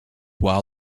while